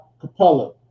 Capella